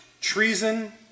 Treason